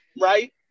right